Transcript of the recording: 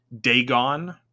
Dagon